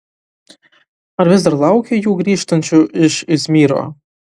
ar vis dar laukė jų grįžtančių iš izmyro